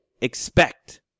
expect